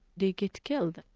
they get killed.